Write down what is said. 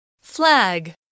flag